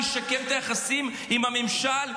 לשקם את היחסים עם הממשל,